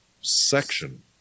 section